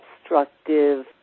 Obstructive